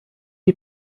die